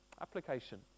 Application